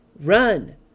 run